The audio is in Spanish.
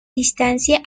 distancia